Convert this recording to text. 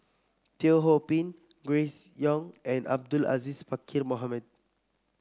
Teo Ho Pin Grace Young and Abdul Aziz Pakkeer Mohamed